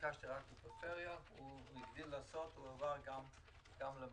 ביקשתי רק בפריפריה והוא הגדיל לעשות ועבר גם למרכז.